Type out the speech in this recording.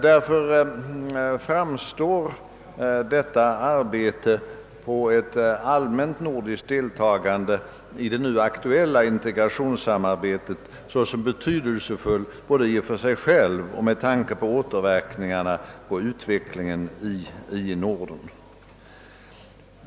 Därför framstår dessa strävanden till ett allmänt nordiskt deltagande i det nu aktuella begränsade integrationsarbetet såsom betydelsefullt både i och för sig och med tanke på återverkningarna på utvecklingen i Norden.